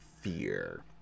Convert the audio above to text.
fear